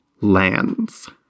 lands